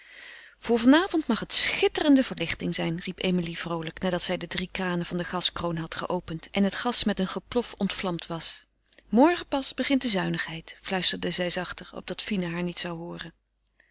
van avond mag het schitterende verlichting zijn riep emilie vroolijk nadat zij de drie kranen van de gaskroon had geopend en het gas met een geplof ontvlamd was morgen pas begint de zuinigheid fluisterde zij zachter opdat fine haar niet zou hooren